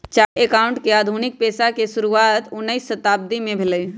chartered accountant के आधुनिक पेशा के शुरुआत उनइ शताब्दी में भेलइ